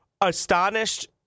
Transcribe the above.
astonished